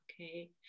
okay